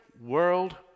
world